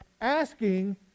asking